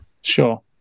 Sure